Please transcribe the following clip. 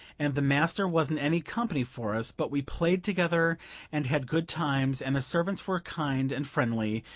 and the master wasn't any company for us, but we played together and had good times, and the servants were kind and friendly,